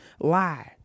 lie